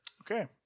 Okay